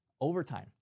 overtime